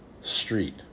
street